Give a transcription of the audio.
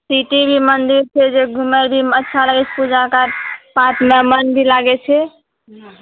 city भी मन्दिर छै जे घुमयमे भी अच्छा लगैत छै पूजाकऽ साथमे मन भी लगैत छै